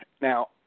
Now